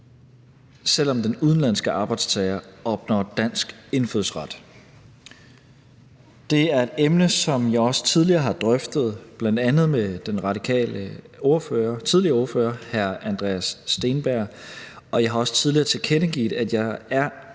selv om den udenlandske arbejdstager opnår dansk indfødsret. Det er et emne, som jeg også tidligere har drøftet med bl.a. den tidligere radikale ordfører, hr. Andreas Steenberg, og jeg har også tidligere tilkendegivet, at jeg er